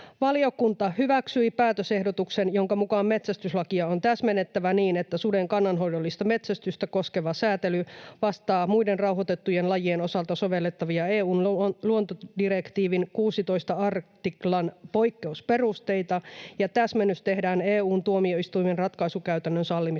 Valiokunta hyväksyi päätösehdotuksen, jonka mukaan metsästyslakia on täsmennettävä niin, että suden kannanhoidollista metsästystä koskeva säätely vastaa muiden rauhoitettujen lajien osalta sovellettavia EU:n luontodirektiivin 16 artiklan poikkeusperusteita, ja täsmennys tehdään EU:n tuomioistuimen ratkaisukäytännön sallimissa rajoissa.